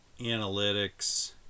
Analytics